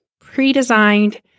pre-designed